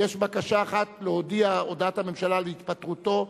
ויש בקשה אחת, להודיע, הודעת הממשלה על התפטרותו?